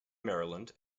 maryland